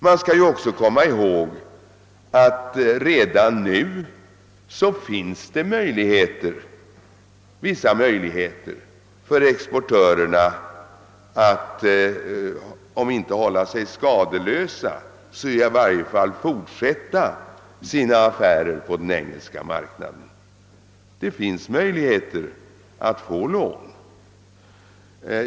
Man bör också komma ihåg att det redan nu finns vissa möjligheter för exportörerna att, om inte hålla sig skadeslösa, så i varje fall fortsätta sina affärer på den engelska marknaden. Det finns utsikter att få lån.